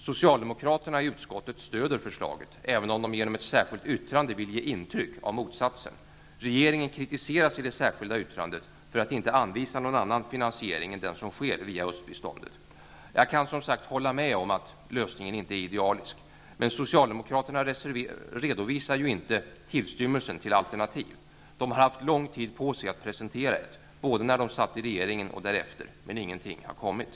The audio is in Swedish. Socialdemokraterna i utskottet stöder förslaget, även om de genom ett särskilt yttrande vill ge intryck av motsatsen. Regeringen kritiseras i det särskilda yttrandet för att den inte anvisat någon annan finansiering än den som sker via östbiståndet. Jag kan som sagt hålla med om att lösningen inte är idealisk. Men socialdemokraterna redovisar inte tillstymmelsen till alternativ. De har haft lång tid på sig att presentera ett sådant, både när de satt i regeringen och därefter, men ingenting har kommit.